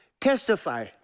Testify